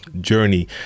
journey